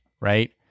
right